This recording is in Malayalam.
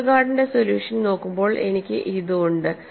വെസ്റ്റർഗാർഡിന്റെ സൊല്യൂഷൻ നോക്കുമ്പോൾ എനിക്ക് ഇത് ഉണ്ട്